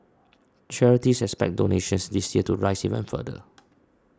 charities expect donations this year to rise even further